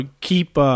keep